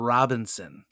Robinson